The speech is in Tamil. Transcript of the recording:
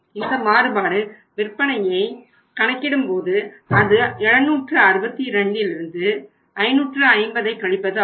இந்த மாறுபடும் விற்பனையை கணக்கிடும் போது அது 762 550 ஆகும்